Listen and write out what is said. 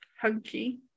hunky